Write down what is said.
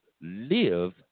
live